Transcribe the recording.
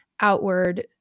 outward